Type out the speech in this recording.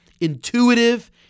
intuitive